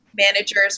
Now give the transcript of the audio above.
managers